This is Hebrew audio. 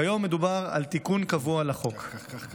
כיום, מדובר על תיקון קבוע לחוק.